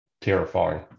terrifying